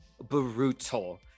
brutal